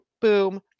boom